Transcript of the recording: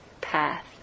path